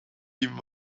even